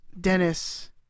Dennis